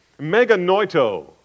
meganoito